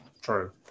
True